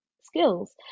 skills